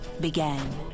began